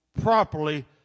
properly